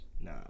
Nah